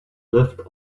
lived